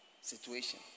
situation